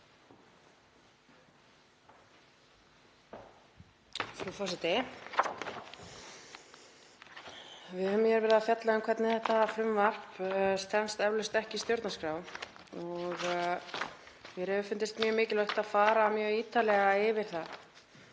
Frú forseti. Við höfum hér verið að fjalla um hvernig þetta frumvarp stenst eflaust ekki stjórnarskrá og mér hefur fundist mjög mikilvægt að fara mjög ítarlega yfir það.